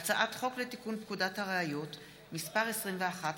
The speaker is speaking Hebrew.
הצעת חוק לתיקון פקודת הראיות (מס' 21)